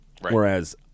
Whereas